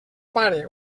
pare